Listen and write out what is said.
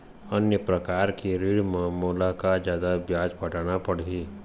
अन्य प्रकार के ऋण म मोला का जादा ब्याज पटाना पड़ही?